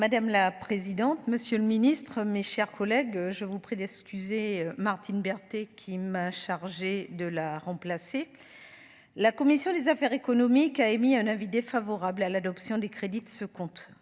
Madame la présidente, monsieur le Ministre, mes chers collègues, je vous prie d'excuser Martine Berthet, qui m'a chargé de la remplacer la commission des affaires économiques, a émis un avis défavorable à l'adoption des crédits de ce compte,